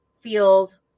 feels